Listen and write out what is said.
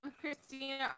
Christina